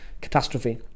Catastrophe